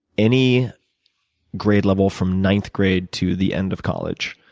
any grade level from ninth grade to the end of college,